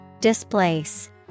Displace